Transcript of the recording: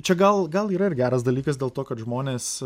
čia gal gal yra ir geras dalykas dėl to kad žmonės